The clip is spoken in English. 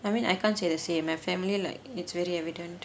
I mean I can't say the same my family like it's very evident